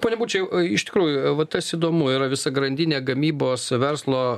pone bučai o iš tikrųjų va tas įdomu yra visa grandinė gamybos verslo